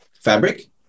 fabric